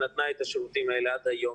שנתנה את השירותים האלה עד היום.